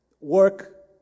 work